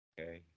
Okay